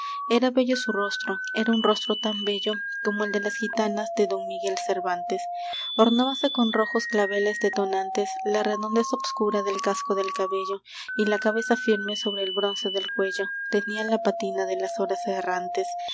era bello su rostro era un rostro tan bello como el de las gitanas de don miguel cervantes ornábase con rojos claveles detonantes la redondez obscura del casco del cabello y la cabeza firme sobre el bronce del cuello tenía la patina de las horas errantes